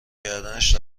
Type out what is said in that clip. کردنش